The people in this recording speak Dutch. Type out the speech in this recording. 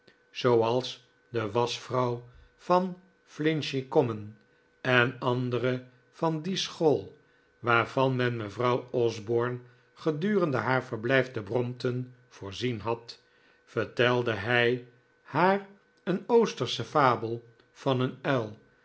zooals de waschvrouw van finchley common en andere van die school waarvan men mevrouw osborne gedurende haar verblijf te brompton voorzien had vertelde hij haar een oostersche fabel van een uil